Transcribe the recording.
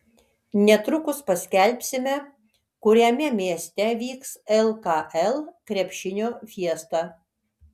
netrukus paskelbsime kuriame mieste vyks lkl krepšinio fiesta